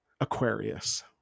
Aquarius